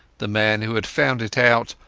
the man who had found it out,